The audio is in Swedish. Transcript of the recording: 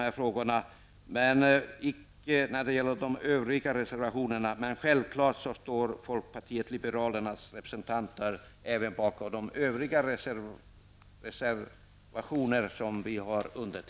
Självfallet står vi i folkpartiet liberalerna även bakom våra övriga reservationer till betänkandet, men jag skall inte nu yrka bifall till dem.